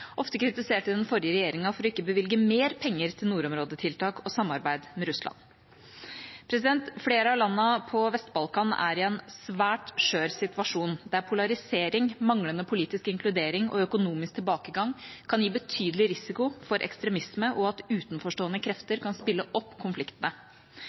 ofte kritiserte den forrige regjeringa for ikke å bevilge mer penger til nordområdetiltak og samarbeid med Russland. Flere av landene på Vest-Balkan er i en svært skjør situasjon, der polarisering, manglende politisk inkludering og økonomisk tilbakegang kan gi betydelig risiko for ekstremisme og at utenforstående